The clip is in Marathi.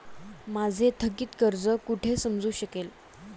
माझे थकीत कर्ज कुठे समजू शकेल?